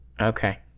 Okay